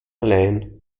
allein